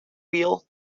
wheel